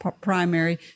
Primary